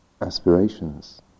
aspirations